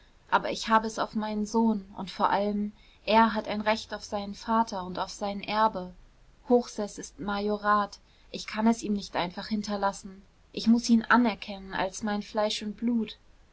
aber ich habe es auf meinen sohn und vor allem er hat ein recht auf seinen vater und auf sein erbe hochseß ist majorat ich kann es ihm nicht einfach hinterlassen ich muß ihn anerkennen als mein fleisch und blut